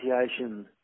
Association